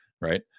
right